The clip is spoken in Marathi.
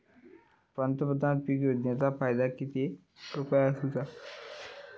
पंतप्रधान पीक योजनेचो फायदो किती रुपये आसा?